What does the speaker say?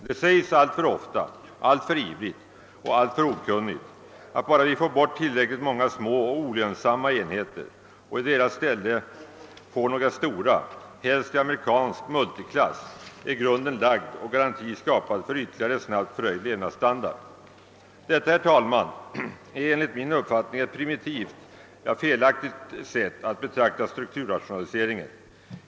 Det sägs alltför ofta, alltför ivrigt och alltför okunnigt, att bara vi får bort tillräckligt många små och olönsamma enheter och i deras ställe får några stora, helst i amerikansk multiklass, är grunden lagd och garanti skapad för en ytterligare snabbt förhöjd levnadsstandard. Detta, herr talman, är enligt min uppfattning ett primitivt, ja, felaktigt sett att betrakta strukturrationaliseringen.